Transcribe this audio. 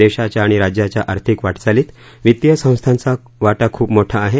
देशाच्या आणि राज्याच्या आर्थिक वाटचालीत वित्तीय संस्थाचा वाटा खूप मोठा आहे